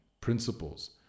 principles